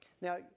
Now